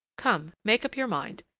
come, make up your mind!